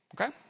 okay